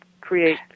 create